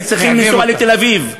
הם צריכים לנסוע לתל-אביב,